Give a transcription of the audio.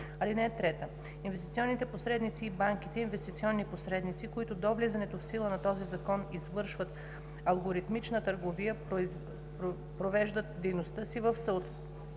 9. (3) Инвестиционните посредници и банките – инвестиционни посредници, които до влизането в сила на този закон извършват алгоритмична търговия, привеждат дейността си в съответствие